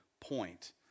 point